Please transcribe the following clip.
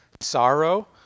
sorrow